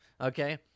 okay